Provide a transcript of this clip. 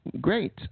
great